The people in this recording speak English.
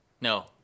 No